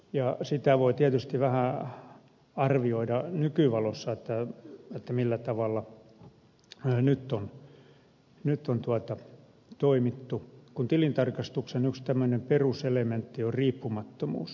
ja sitä voi tietysti vähän arvioida nykyvalossa millä tavalla nyt on toimittu kun tilintarkastuksen yksi tämmöinen peruselementti on riippumattomuus